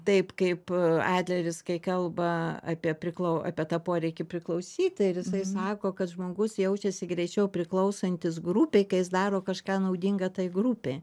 taip kaip adleris kai kalba apie priklau apie tą poreikį priklausyti ir jisai sako kad žmogus jaučiasi greičiau priklausantis grupei kai jis daro kažką naudinga tai grupei